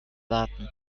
warten